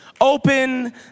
open